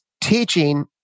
teaching